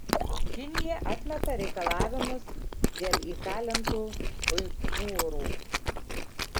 kinija atmeta reikalavimus dėl įkalintų uigūrų